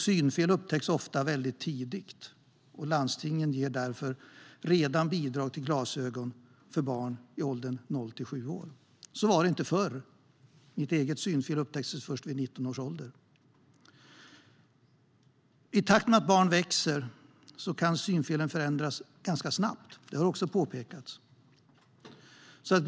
Synfel upptäcks ofta tidigt, och landstingen ger därför redan bidrag till glasögon för barn i åldern noll till sju år. Så var det inte förr. Mitt eget synfel upptäcktes först vid 19 års ålder. I takt med att barn växer kan synfelen förändras ganska snabbt, vilket också har påpekats.